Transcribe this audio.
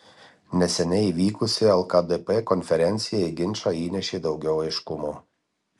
neseniai įvykusi lkdp konferencija į ginčą įnešė daugiau aiškumo